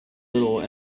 little